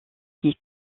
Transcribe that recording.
qui